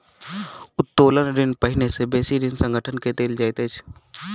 उत्तोलन ऋण पहिने से बेसी ऋणी संगठन के देल जाइत अछि